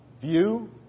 view